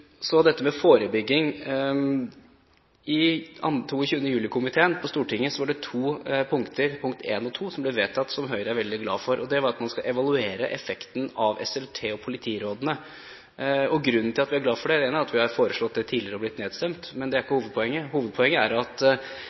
Så til dette med forebygging: I 22. juli-komiteen på Stortinget var det to punkter – punktene I og II – som ble vedtatt, som Høyre er veldig glad for. Det var at man skal evaluere effekten av SLT-samarbeid og politirådene. Grunnen til at vi er glad for det, er at vi har foreslått det tidligere, og blitt nedstemt. Men det er ikke hovedpoenget. Hovedpoenget er at